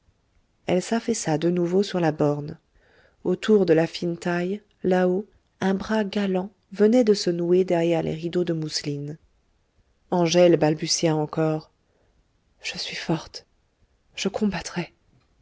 elle s'affaissa de nouveau sur la borne autour de la fine taille là-haut un bras galant venait de se nouer derrière les rideaux de mousseline angèle balbutia encore je suis forte je combattrai